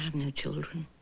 no children